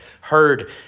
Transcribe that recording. heard